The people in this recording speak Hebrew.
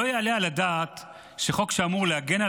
לא יעלה על הדעת שחוק שאמור להגן על